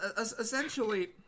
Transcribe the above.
essentially